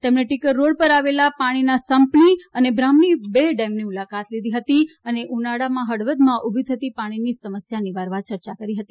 તેમણે ટીકર રોડ પર આવેલ પાણીના સંપની અને બ્રાહ્મણી ર ડેમની મુલાકાત લીધી હતી અને ઉનાળામાં હળવદમાં ઊભી થતી પાણીની સમસ્યા નિવારવા ચર્ચા કરી હતી